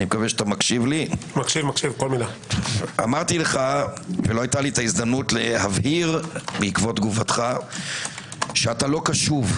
ולא הייתה לי ההזדמנות להבהיר בעקבות תגובתך שאינך קשוב.